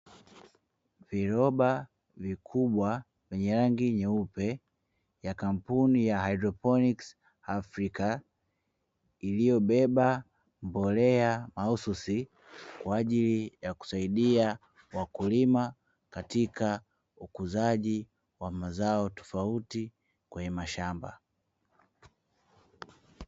Viroba vikubwa vyenye rangi nyeupe ya Kampuni ya "hdroponi Afrika" iliyobeba mbolea mahususi kwa ajili ya kusaidia wakulima katika ukuzaji wa mazao tofauti kwenye mashamba.